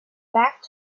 back